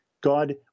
God